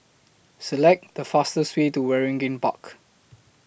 Select The fastest Way to Waringin Park